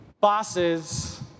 bosses